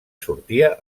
sortia